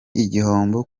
igihombo